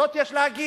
זאת יש להגיד.